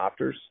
adopters